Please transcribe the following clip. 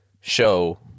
show